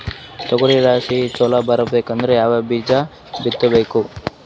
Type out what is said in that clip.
ತೊಗರಿ ರಾಶಿ ಚಲೋ ಬರಬೇಕಂದ್ರ ಯಾವ ಬೀಜ ಬಿತ್ತಬೇಕು?